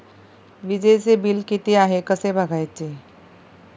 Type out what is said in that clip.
वीजचे बिल किती आहे कसे बघायचे?